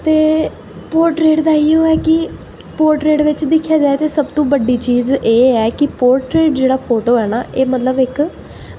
ते पोर्ट्रेट दा इ'यो ऐ कि पोर्ट्रेट बिच दिक्खेआ जाए ते सब तो बड्डी चीज एह् ऐ कि पोर्ट्रेट जेह्ड़ा फोटो ऐ ना एह् मतलब इक